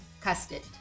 custard